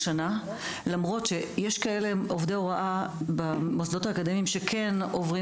למרות שיש כאלה עובדי הוראה במוסדות האקדמיים שכן עוברים